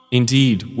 indeed